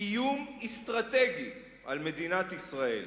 "איום אסטרטגי על מדינת ישראל.